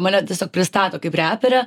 mane tiesiog pristato kaip reperę